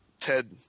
ted